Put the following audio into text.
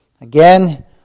Again